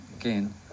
again